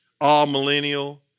all-millennial